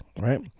Right